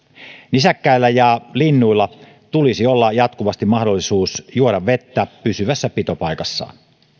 nisäkkäillä ja linnuilla tulisi olla jatkuvasti mahdollisuus juoda vettä pysyvässä pitopaikassaan